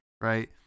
right